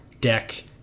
deck